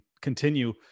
continue